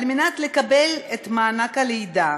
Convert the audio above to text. על מנת לקבל את מענק הלידה